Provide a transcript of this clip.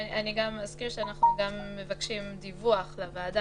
אני לא בטוח בגלל שדחיית דיונים זו החלטה קשה לזה שדוחים לו.